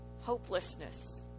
Hopelessness